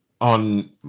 on